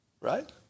Right